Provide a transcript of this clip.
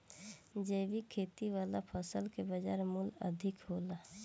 जैविक खेती वाला फसल के बाजार मूल्य अधिक होला